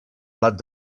blat